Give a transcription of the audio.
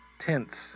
Tents